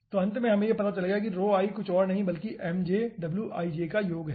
तो अंत में हमें यह पता चलेगा कि कुछ और नहीं बल्कि का योग है